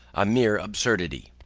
a mere absurdity!